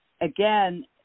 again